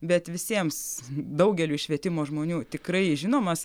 bet visiems daugeliui švietimo žmonių tikrai žinomas